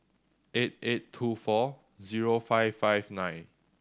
eight eight two four zero five five nine